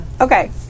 okay